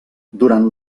durant